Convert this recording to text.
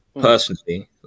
Personally